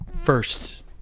first